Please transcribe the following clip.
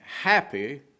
happy